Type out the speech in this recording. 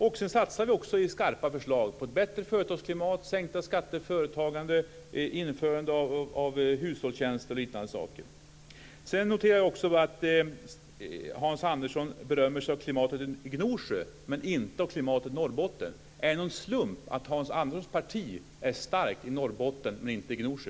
Vi satsar också i skarpa förslag på ett bättre företagsklimat, sänkta skatter för företagande, införande av skatteavdrag för hushållsnära tjänster och liknande. Jag noterar också att Hans Andersson berömmer sig av klimatet i Gnosjö men inte av klimatet i Norrbotten. Är det en slump att Hans Anderssons parti är starkt i Norrbotten och inte i Gnosjö?